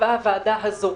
קבעה הוועדה הזאת,